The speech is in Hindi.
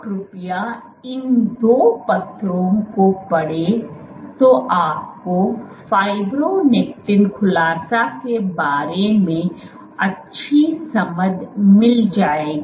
तो कृपया इन दो पत्रों को पढ़ेंतो आपको फ़ाइब्रोनेक्टिन खुलासा के बारे में अच्छी समझ मिल जाएगी